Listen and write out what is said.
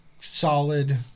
solid